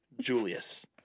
Julius